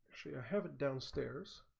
shouldn't have downstairs